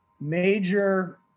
major